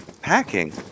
packing